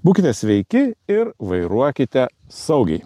būkite sveiki ir vairuokite saugiai